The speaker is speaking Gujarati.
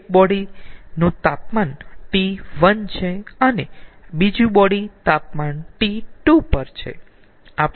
એક બોડી નું તાપમાન T1 છે અને બીજુ બોડી તાપમાન T2 પર છે